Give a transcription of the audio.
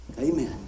Amen